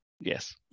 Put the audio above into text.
yes